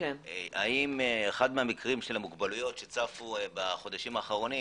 האם אחד מהמקרים של המוגבלויות שצפו בחודשים האחרונים